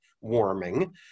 warming